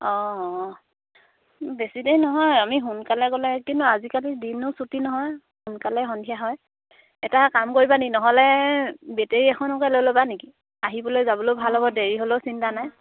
অঁ অঁ বেছি দেৰি নহয় আমি সোনকালে গ'লে কিন্তু আজিকালি দিনো চুটি নহয় সোনকালেই সন্ধিয়া হয় এটা কাম কৰিবা নি নহ'লে বেটেৰী এখনকে লৈ ল'বা নেকি আহিবলৈ যাবলৈয়ো ভাল হ'ব দেৰি হ'লেও চিন্তা নাই